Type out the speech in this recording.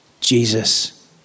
Jesus